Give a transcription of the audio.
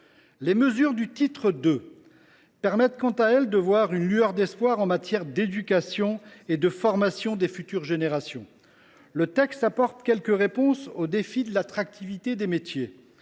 Les mesures du titre II laissent, quant à elles, transparaître une lueur d’espoir en matière d’éducation et de formation des futures générations. Le texte apporte quelques réponses au défi de l’attractivité du métier.